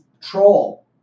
troll